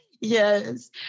Yes